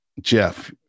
Jeff